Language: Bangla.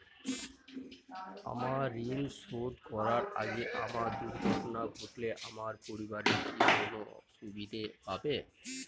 আমার ঋণ শোধ করার আগে আমার দুর্ঘটনা ঘটলে আমার পরিবার কি কোনো সুবিধে পাবে?